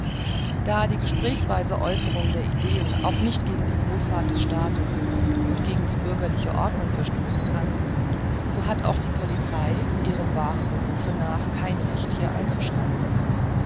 da die gesprächsweise aeußerung der ideen auch nicht gegen die wohlfahrt des staates und gegen die bürgerliche ordnung verstoßen kann so hat auch die polizei ihrem wahren berufe nach kein recht hier einzuschreiten